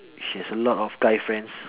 she has a lot of guy friends